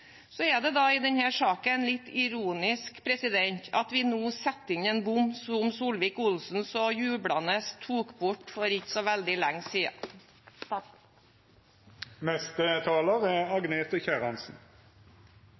Så er det, i denne saken, litt ironisk at vi nå setter inn en bom som Solvik-Olsen så jublende tok bort for ikke så veldig